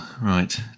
Right